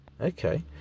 Okay